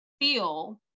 feel